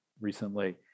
recently